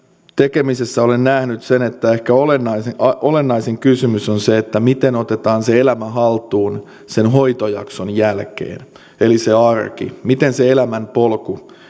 tekemisessä olen nähnyt sen että ehkä olennaisin olennaisin kysymys on se miten otetaan elämä haltuun sen hoitojakson jälkeen eli se arki miten se elämänpolku